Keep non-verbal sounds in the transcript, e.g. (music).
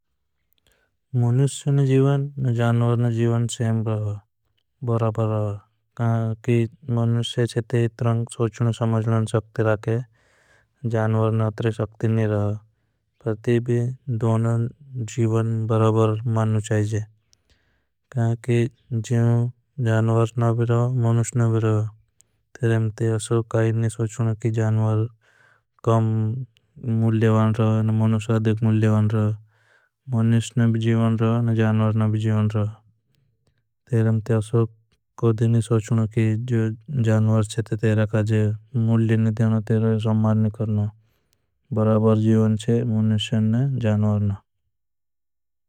मनुष्य ना जीवन जानवरन जीवन सेंबर बराबर रहा है। मुनिस्य से चेते इत्रांक सोचन समजन सकती रहा के। जानवरन अतरे सकती नहीं रहा ते भी दोना जीवन। बराबर माननु चाहिए जीवन जानवर नहीं रहा है मुनिय। नहीं रहा है मते असो काई नहीं सोचन कि जानवर कम। मुल्य वान रहा है और मुनिस्य आधिक मुल्य वान रहा है। भी जीवन रहा है और मुनिस्यन जानवर नहीं भी जीवन रहा है। मते असो काई नहीं सोचन कि (hesitation) जानवर। मनुष्य ना कम मुल्य नई डेनो तो। (unintelligible) बराबर जीवन छे मनुष्य ने जावर ने।